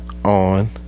On